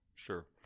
Sure